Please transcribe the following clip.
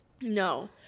No